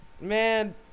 Man